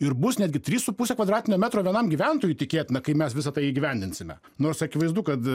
ir bus netgi trys su puse kvadratinio metro vienam gyventojui tikėtina kai mes visa tai įgyvendinsime nors akivaizdu kad